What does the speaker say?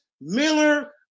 Miller